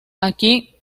aquí